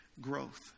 growth